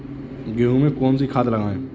गेहूँ में कौनसी खाद लगाएँ?